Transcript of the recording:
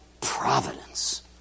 providence